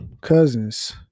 cousins